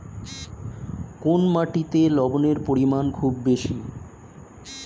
কোন মাটিতে লবণের পরিমাণ খুব বেশি?